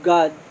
God